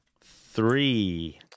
three